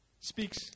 speaks